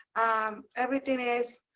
um everything is,